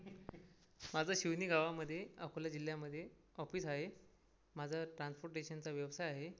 माझं शिवनी गावामध्ये अकोला जिल्ह्यामध्ये ऑफिस आहे माझं ट्रांसपोर्टेशनचं व्यवसाय आहे